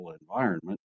environment